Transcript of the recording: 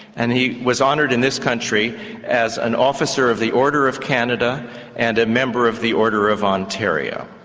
and he was honoured in this country as an officer of the order of canada and a member of the order of ontario.